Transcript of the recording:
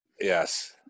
Yes